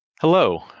Hello